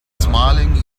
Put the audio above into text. smiling